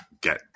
get